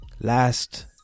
last